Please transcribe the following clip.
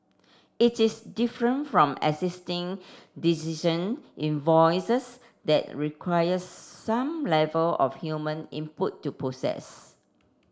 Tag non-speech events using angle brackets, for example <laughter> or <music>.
it is different from existing <unintelligible> invoices that requires some level of human input to process